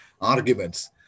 arguments